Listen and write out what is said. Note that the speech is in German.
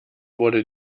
wurde